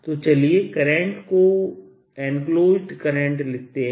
तो चलिए करंट को इन्क्लोज़्ड करंट लिखते हैं